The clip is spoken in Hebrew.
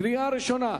קריאה ראשונה.